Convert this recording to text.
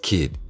Kid